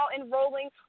enrolling